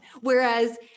Whereas